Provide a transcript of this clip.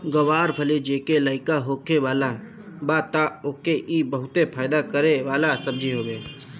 ग्वार फली जेके लईका होखे वाला बा तअ ओके इ बहुते फायदा करे वाला सब्जी हवे